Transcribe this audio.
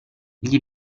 gli